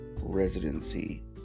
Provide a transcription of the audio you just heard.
residency